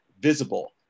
visible